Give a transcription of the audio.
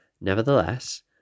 Nevertheless